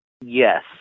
Yes